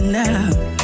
now